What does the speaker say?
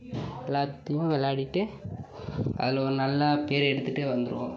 எல்லாத்திலையும் விளையாடிவிட்டு அதில் ஒரு நல்ல பேர் எடுத்துவிட்டு வந்துருவோம்